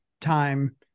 time